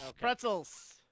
Pretzels